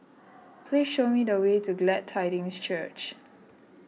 please show me the way to Glad Tidings Church